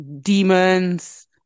demons